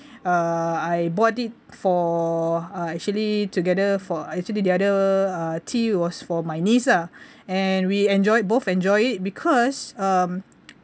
uh I bought it for uh actually together for actually the other uh tea was for my niece ah and we enjoyed both enjoy it because (um